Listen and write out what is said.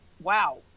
Wow